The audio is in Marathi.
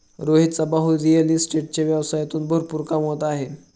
रोहितचा भाऊ रिअल इस्टेटच्या व्यवसायातून भरपूर कमवत आहे